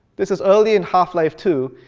this is early in half-life two.